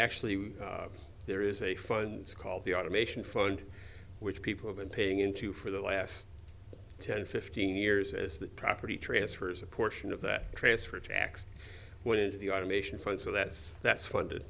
actually there is a fund called the automation fund which people have been paying into for the last ten fifteen years as the property transfers a portion of that transfer tax went into the automation fund so that's that's fun